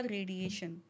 Radiation